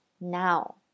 now